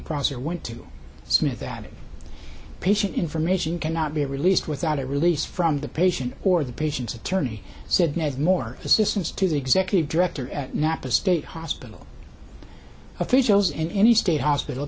prosser went to smith that a patient information cannot be released without a release from the patient or the patient's attorney said no more assistance to the executive director at napa state hospital officials in any state hospital